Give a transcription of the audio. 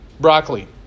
Broccoli